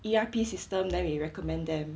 E_R_P system then we recommend them